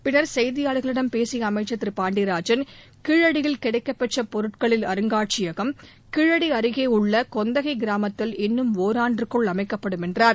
பின்னர் செய்தியாளர்களிடம் பேசிய அமைச்சர் திரு பாண்டியராஜன் கீழடியில் கிடைக்கப் பெற்ற பொருட்களின் அருங்காட்சியகம் கீழடி அருகே உள்ள கொந்தகை கிராமத்தில் இன்னும் ஒராண்டிற்குள் அமைக்கப்படும் என்றார்